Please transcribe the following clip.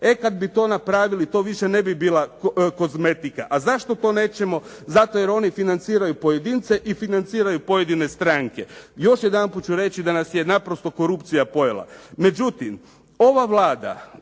E, kad bi to napravili, to više ne bi bila kozmetika. A zašto to nećemo? Zato jer oni financiraju pojedince i financiraju pojedine stranke. Još jedanput ću reći da nas je naprosto korupcija pojela.